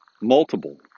multiple